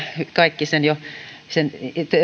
kaikki sen